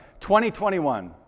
2021